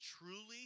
truly